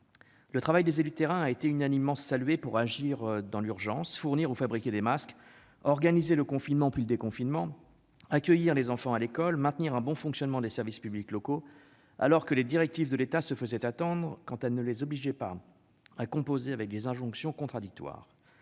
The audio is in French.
Le travail des élus de terrain a été unanimement salué : ils ont réagi dans l'urgence, fourni ou fabriqué des masques, organisé le confinement puis le déconfinement, accueilli les enfants à l'école, maintenu un bon fonctionnement des services publics locaux, alors que les directives de l'État se faisaient attendre, quand elles ne les obligeaient pas à composer avec des injonctions contradictoires.